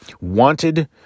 wanted